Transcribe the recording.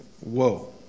whoa